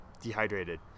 dehydrated